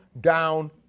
down